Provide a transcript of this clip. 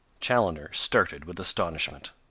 chaloner started with astonishment.